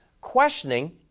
questioning